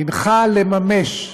הנחה לממש,